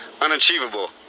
unachievable